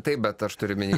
taip bet aš turiu omeny